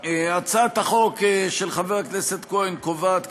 הצעת החוק של חבר הכנסת מאיר כהן קובעת,